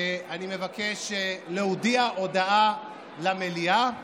אני מבקש להודיע הודעה למליאה.